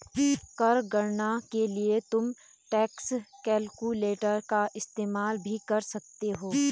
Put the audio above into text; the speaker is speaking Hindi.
कर गणना के लिए तुम टैक्स कैलकुलेटर का इस्तेमाल भी कर सकते हो